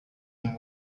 him